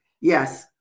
Yes